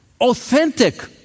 authentic